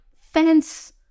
fence